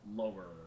lower